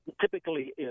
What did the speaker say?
typically –